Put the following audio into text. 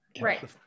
right